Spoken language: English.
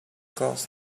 ghost